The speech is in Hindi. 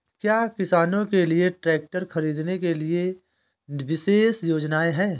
क्या किसानों के लिए ट्रैक्टर खरीदने के लिए विशेष योजनाएं हैं?